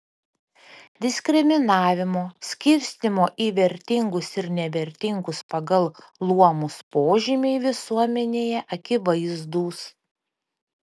diskriminavimo skirstymo į vertingus ir nevertingus pagal luomus požymiai visuomenėje akivaizdūs